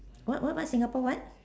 what what what Singapore what